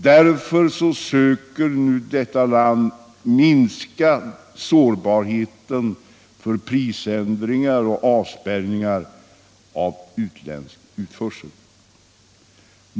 Därför söker man nu minska landets sårbarhet för prisändringar och avspärrningar av utländsk utförsel.